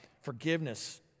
forgiveness